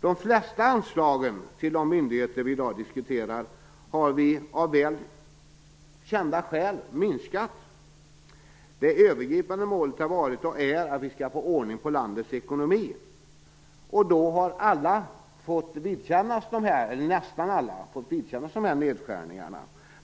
De flesta anslagen till de myndigheter vi i dag diskuterar har vi av väl kända skäl minskat. Det övergripande målet har varit och är att vi skall få ordning på landets ekonomi. Därför har alla, eller nästan alla, fått vidkännas nedskärningar.